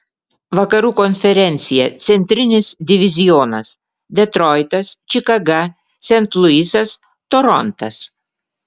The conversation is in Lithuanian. vakarų konferencija centrinis divizionas detroitas čikaga sent luisas torontas